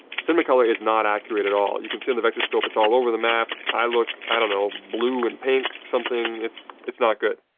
cinema color is not accurate at all. you can see in the vectorscope, it's all over the map. i look, i don't know, blue and pink something. it's it's not good.